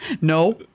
No